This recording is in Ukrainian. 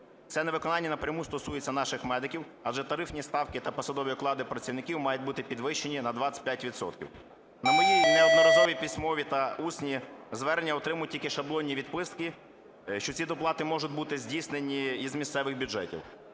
Це невиконання напряму стосується наших медиків, адже тарифні ставки та посадові оклади працівників мають бути підвищені на 25 відсотків. На мої неодноразові письмові та усні звернення отримую тільки шаблонні відписки, що ці доплати можуть бути здійснені із місцевих бюджетів.